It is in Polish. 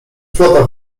flota